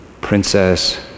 Princess